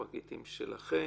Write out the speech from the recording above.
פרקליטים שלכם?